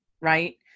right